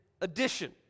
addition